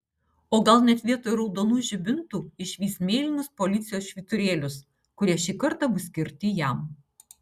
o gal net vietoj raudonų žibintų išvys mėlynus policijos švyturėlius kurie šį kartą bus skirti jam